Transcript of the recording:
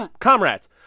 comrades